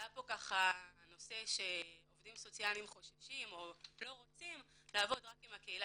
עלה פה הנושא שעובדים סוציאליים חוששים או לא רוצים לעבוד רק עם הקהילה